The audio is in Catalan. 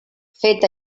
fet